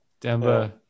Demba